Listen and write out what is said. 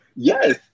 Yes